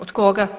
Od koga?